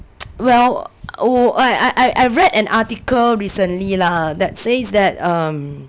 well uh I~ I~ I~ I read an article recently lah that says that um